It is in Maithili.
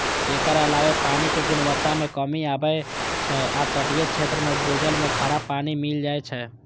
एकर अलावे पानिक गुणवत्ता मे कमी आबै छै आ तटीय क्षेत्र मे भूजल मे खारा पानि मिल जाए छै